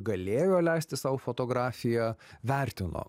galėjo leisti sau fotografiją vertino